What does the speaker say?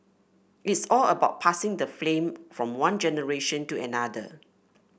it is all about passing the flame from one generation to another